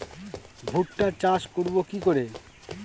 ভুট্টা চাষ করব কি করে?